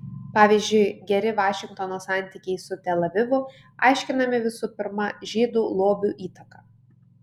pavyzdžiui geri vašingtono santykiai su tel avivu aiškinami visų pirma žydų lobių įtaka